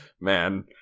man